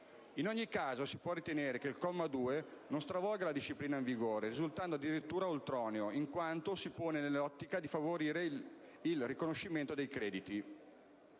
In ogni caso, si può ritenere che il comma 2 non stravolga la disciplina in vigore risultando addirittura ultroneo, in quanto si pone nell'ottica di favorire il riconoscimento dei crediti.